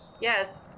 Yes